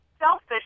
selfish